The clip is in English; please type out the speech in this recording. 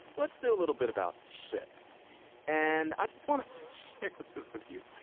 let's do a little bit about shit and i just want to share this this with you.